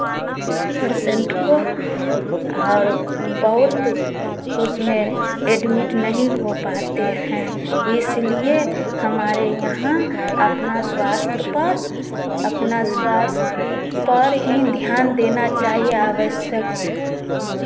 percent को और बहुत उसमें एडमिट नहीं हो पाते हैं इसलिए हमारे यहाँ अपना स्वास्थ्य पर अपना स्वास्थ्य पर ही ध्यान देना चाहिए आवश्यक